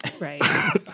Right